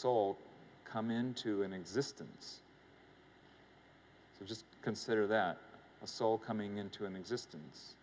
soul come into existence just consider that a soul coming into existence